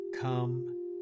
come